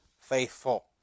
faithful